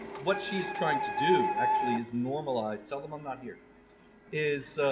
what she's trying to do actually is normalised tell them i'm not here is